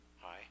Hi